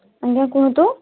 ଆଜ୍ଞା କୁହନ୍ତୁ